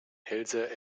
hälse